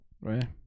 Right